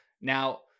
Now